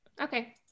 okay